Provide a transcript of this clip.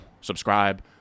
subscribe